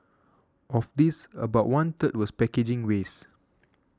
of this about one third was packaging waste